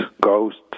ghosts